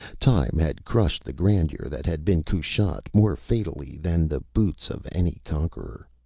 time had crushed the grandeur that had been kushat, more fatally than the boots of any conqueror.